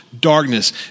darkness